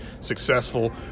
successful